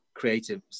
creatives